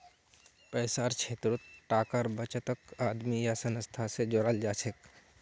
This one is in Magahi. पैसार क्षेत्रत टाकार बचतक आदमी या संस्था स जोड़ाल जाछेक